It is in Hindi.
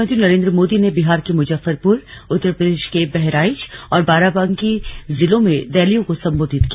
प्रधानमंत्री नरेन्द्र मोदी ने बिहार के मुजफ्फरपुर उत्तर प्रदेश के बहराइच और बाराबंकी जिलों में रैलियों को संबोधित किया